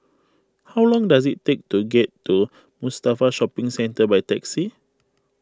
how long does it take to get to Mustafa Shopping Centre by taxi